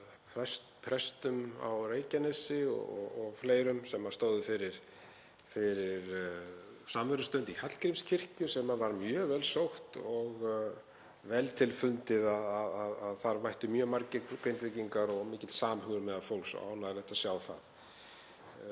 prestum á Reykjanesi og fleirum sem stóðu fyrir samverustund í Hallgrímskirkju sem var mjög vel sótt og það var vel til fundið. Þar mættu mjög margir Grindvíkingar og var mikill samhugur meðal fólks og ánægjulegt að sjá það.